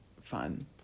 fun